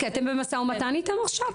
אתם במשא-ומתן איתם עכשיו?